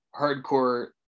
hardcore